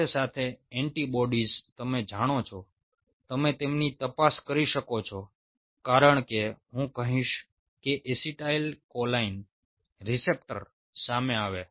સાથે સાથે એન્ટિબોડીઝ તમે જાણો છો તમે તેમની તપાસ કરી શકો છો કારણ કે હું કહીશ કે એસિટાઇલકોલાઇન રીસેપ્ટર સામે આવે